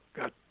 got